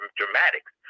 dramatics